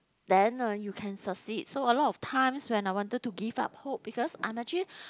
then uh you can succeed so a lot of times when I wanted to give up hope because I'm actually